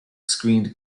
screened